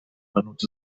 menuts